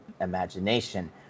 imagination